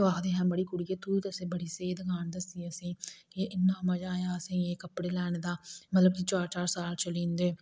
ओह् आखदे मड़ी कुडि़ये तूं असेंगी बड़ी स्हेई दकान दस्सी असें इन्ना मजा आया असेंगी एह् कपडे़ लैने दा मतलब कि चार चार साल चली जंदे